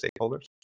stakeholders